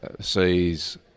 sees